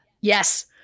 yes